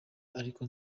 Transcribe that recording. ariko